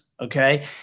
okay